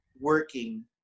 working